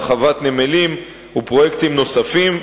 הרחבת נמלים ופרויקטים נוספים.